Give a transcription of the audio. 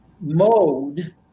mode